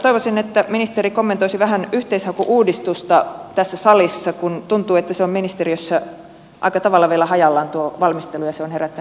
toivoisin että ministeri kommentoisi vähän yhteishaku uudistusta tässä salissa kun tuntuu että on ministeriössä aika tavalla vielä hajallaan tuo valmistelu ja se on herättänyt monenlaisia huolia